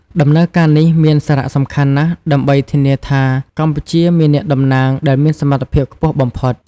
ដំណើរការនេះមានសារៈសំខាន់ណាស់ដើម្បីធានាថា កម្ពុជាមានអ្នកតំណាងដែលមានសមត្ថភាពខ្ពស់បំផុត។